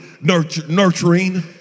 nurturing